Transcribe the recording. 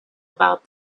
about